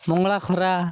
ମଙ୍ଗଳା ଖରା